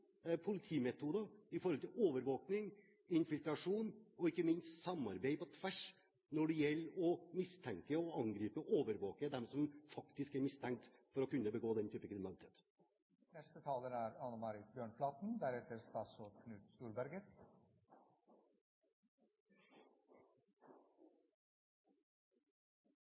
politimetoder for overvåking og infiltrasjon og, ikke minst, samarbeid på tvers når det gjelder å mistenke, overvåke og gripe dem som er mistenkt for å kunne begå denne type kriminalitet.